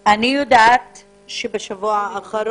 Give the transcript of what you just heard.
אני יודעת שבשבוע שעבר